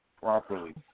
properly